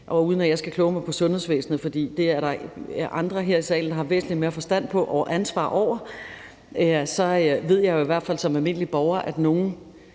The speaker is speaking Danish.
Uden at jeg skal kloge mig på sundhedsvæsenet, for det er der andre her i salen der har væsentlig mere forstand på og ansvar over, så ved jeg jo i hvert fald som almindelig borger, at nogle